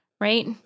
right